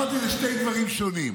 אמרתי: אלה שני דברים שונים.